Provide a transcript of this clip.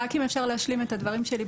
רק אם אפשר להשלים את הדברים שלי.